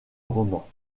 romans